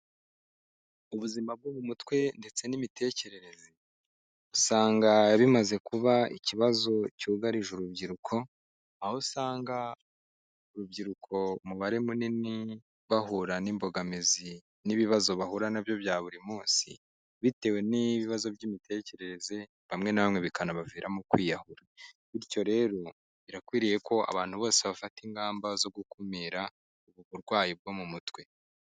Ubuzima bwo mu mutwe ndetse n'imitekerereze usanga bimaze kuba ikibazo cyugarije urubyiruko, aho usanga urubyiruko umubare munini bahura n'imbogamizi n'ibibazo bahura na byo bya buri munsi bitewe n'ibibazo by'imitekerereze, bamwe na bamwe bikanabaviramo kwiyahura. Bityo rero, birakwiriye ko abantu bose bafata ingamba zo gukumira ubu burwayi bwo mu mutwe.